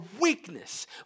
weakness